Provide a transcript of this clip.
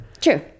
True